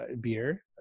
beer